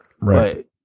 right